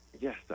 Yes